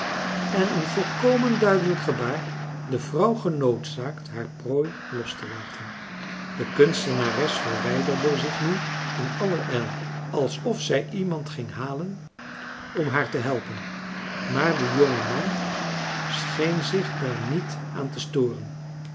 en een volkomen duidelijk gebaar de vrouw genoodzaakt haar prooi los te laten de kunstenares verwijderde zich nu in allerijl alsof zij iemand ging halen om haar te helpen maar de jonge man scheen zich daar niet aan te storen